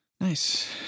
Nice